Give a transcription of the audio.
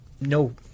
no